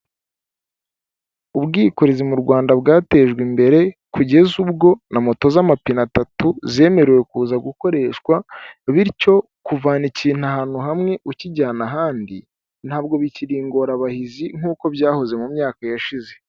Ubwikorezi mu Rwanda bwatejwe imbere, kugeza ubwo na moto z'amapine atatu zemerewe kuza gukoreshwa, bityo kuvana ikintu ahantu hamwe ukijyana ahandi, ntabwo bikiri ingorabahizi nkuko' byahoze mu myaka yashize.